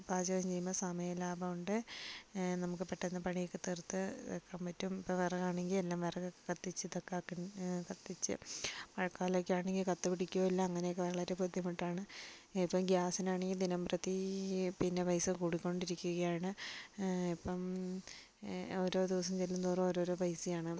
പാചകം ചെയ്യുമ്പോൾ സമയ ലാഭം ഉണ്ട് നമുക്ക് പെട്ടന്ന് പണിയൊക്കെ തീർത്ത് ഇറങ്ങാൻ പറ്റും ഇപ്പോൾ വിറക് ആണെങ്കിൽ എല്ലാം വിറക് കത്തിച്ച് ഇതൊക്കെ ആക്കണം കത്തിച്ച് മഴക്കാലം ഒക്കെ ആണെങ്കിൽ കത്തി പടിക്കും ഇല്ല അങ്ങിനെ ഒക്കെ വളരെ ബുദ്ധിമുട്ടാണ് ഇപ്പോ ഗാസിന് ആണെങ്കിൽ ദിനംപ്രതി പിന്നെ പൈസ കൂടിക്കൊണ്ടിരിക്കുകയാണ് ഇപ്പം ഓരോ ദിവസം ചെല്ലുംതോറും ഓരോരോ പൈസ ആണ്